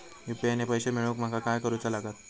UPI ने पैशे मिळवूक माका काय करूचा लागात?